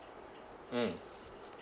mm